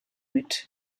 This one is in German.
mit